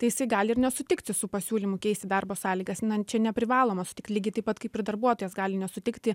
tai jisai gali ir nesutikti su pasiūlymu keisti darbo sąlygas na čia neprivalomas lygiai taip pat kaip ir darbuotojas gali nesutikti